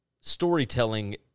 storytelling